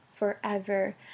Forever